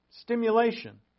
Stimulation